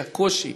כי הקושי